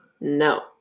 No